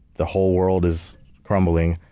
the whole world is crumbling,